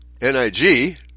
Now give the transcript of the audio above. N-I-G